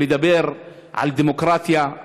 לדבר על דמוקרטיה,